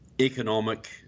economic